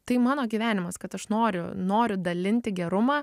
tai mano gyvenimas kad aš noriu noriu dalinti gerumą